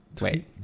wait